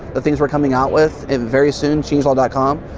the things we're coming out with and very soon changelog dot com,